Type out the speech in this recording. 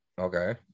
okay